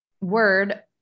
word